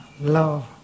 love